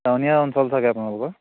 টাউনীয়া অঞ্চল চাগে আপোনালোকৰ